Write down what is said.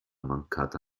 mancata